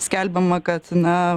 skelbiama kad na